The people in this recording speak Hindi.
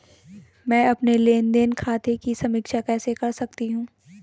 मैं अपने लेन देन खाते की समीक्षा कैसे कर सकती हूं?